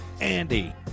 Andy